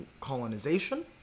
colonization